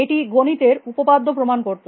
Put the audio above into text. এটি গণিতে উপপাদ্য প্রমাণ করত